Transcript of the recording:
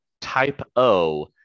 Type-O